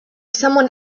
someone